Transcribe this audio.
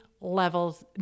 levels